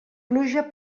pluja